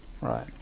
Right